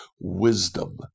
wisdom